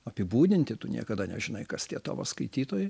apibūdinti tu niekada nežinai kas tie tavo skaitytojai